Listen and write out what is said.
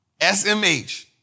SMH